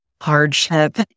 hardship